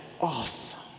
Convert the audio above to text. awesome